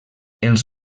els